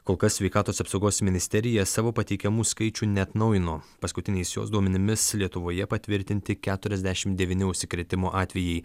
kol kas sveikatos apsaugos ministerija savo pateikiamų skaičių neatnaujino paskutiniais jos duomenimis lietuvoje patvirtinti keturiasdešimt devyni užsikrėtimo atvejai